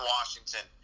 Washington